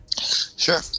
sure